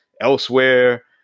elsewhere